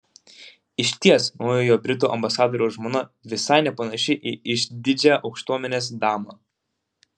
išties naujojo britų ambasadoriaus žmona visai nepanaši į išdidžią aukštuomenės damą